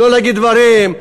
לא להגיד דברים.